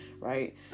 right